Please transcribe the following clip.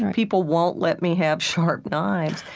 and people won't let me have sharp knives.